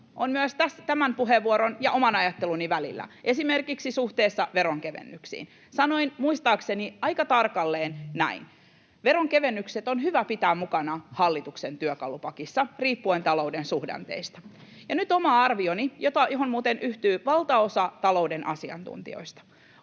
on myös tämän puheenvuoron ja oman ajatteluni välillä esimerkiksi suhteessa veronkevennyksiin. Sanoin muistaakseni aika tarkalleen näin: veronkevennykset on hyvä pitää mukana hallituksen työkalupakissa riippuen talouden suhdanteista. Ja nyt oma arvioni — johon muuten yhtyy valtaosa talouden asiantuntijoista